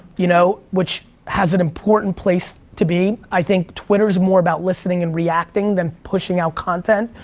you know, which has an important place to be. i think twitter's more about listening and reacting than pushing out content,